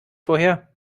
woher